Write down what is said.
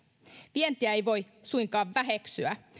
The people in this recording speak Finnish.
vientiä ei voi suinkaan väheksyä